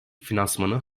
finansmanı